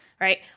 right